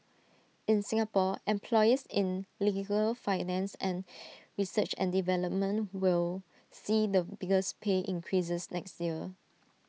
in Singapore employees in legal finance and research and development will see the biggest pay increases next year